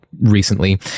recently